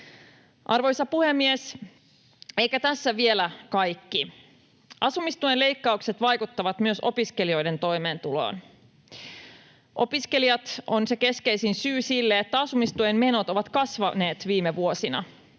Arvoisa puhemies! Eikä tässä vielä kaikki. Asumistuen leikkaukset vaikuttavat myös opiskelijoiden toimeentuloon. Opiskelijat on se keskeisin syy sille, että asumistuen menot ovat kasvaneet viime vuosina.